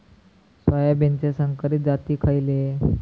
सोयाबीनचे संकरित जाती खयले?